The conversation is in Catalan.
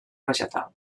vegetal